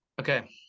Okay